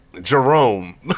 Jerome